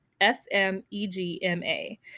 S-M-E-G-M-A